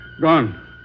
gone